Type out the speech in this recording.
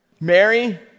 Mary